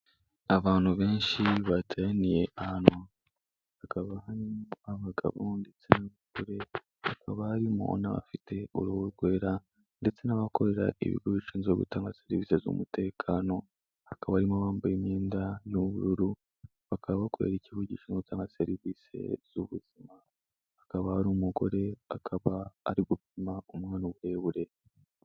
Abantu benshi bateraniye ahantu, hakaba harimo abagabo ndetse n'abagore, hakaba harimo n'abafite uruhu rwera ndetse n'abakorera ibigo bishinzwe gutanga serivisi z'umutekano, hakaba harimo abambaye imyenda y'ubururu, bakaba bakorera ikigo gishinzwe gutanga serivisi z'ubuzima, akaba ari umugore, akaba ari gupima umwana uburebure.